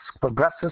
progresses